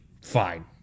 fine